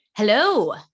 Hello